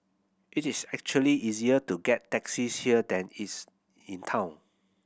it is actually easier to get taxis here than its in town